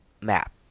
map